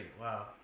wow